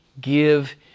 give